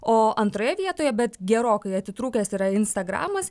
o antroje vietoje bet gerokai atitrūkęs yra instagramas